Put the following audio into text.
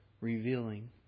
revealing